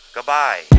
Goodbye